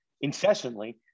incessantly